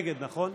נגד, נכון?